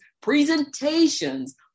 presentations